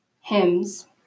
hymns